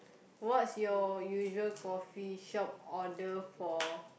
what's your usual coffee shop order for